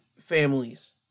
families